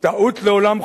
טעות לעולם חוזר.